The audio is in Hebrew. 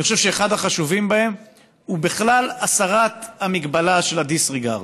אני חושב שאחד החשובים בהם הוא בכלל הסרת המגבלה של ה-disregard.